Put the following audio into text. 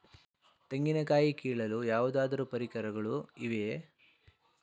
ತೆಂಗಿನ ಕಾಯಿ ಕೀಳಲು ಯಾವುದಾದರು ಪರಿಕರಗಳು ಇವೆಯೇ?